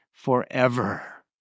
forever